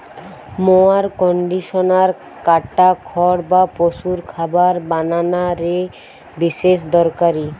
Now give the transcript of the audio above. mower conditioner কাটা খড় বা পশুর খাবার বানানা রে বিশেষ দরকারি